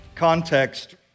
Context